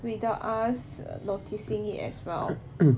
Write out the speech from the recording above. without us noticing it as well